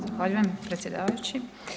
Zahvaljujem predsjedavajući.